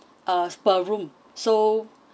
uh per room so